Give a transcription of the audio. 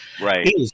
Right